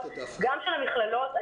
גם של המכללות.